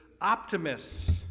optimists